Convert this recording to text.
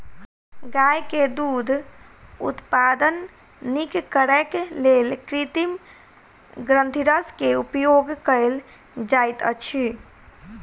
गाय के दूध उत्पादन नीक करैक लेल कृत्रिम ग्रंथिरस के उपयोग कयल जाइत अछि